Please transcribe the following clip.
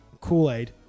Kool-Aid